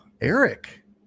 Eric